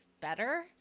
better